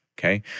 okay